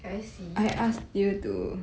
can I see